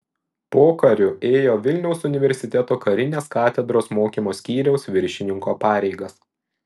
pokariu ėjo vilniaus universiteto karinės katedros mokymo skyriaus viršininko pareigas